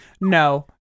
No